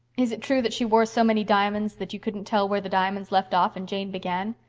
is it true that she wore so many diamonds that you couldn't tell where the diamonds left off and jane began?